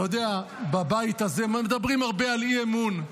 אתה יודע, בבית הזה מדברים הרבה על אי-אמון.